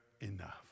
enough